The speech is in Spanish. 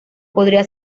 podría